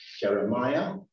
Jeremiah